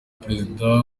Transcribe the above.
perezida